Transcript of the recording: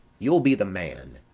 you'll be the man!